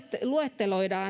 luetteloidaan